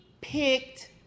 picked